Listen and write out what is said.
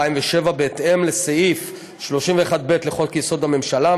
התשס"ז 2007. בהתאם לסעיף 31(ב) לחוק-יסוד: הממשלה,